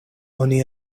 oni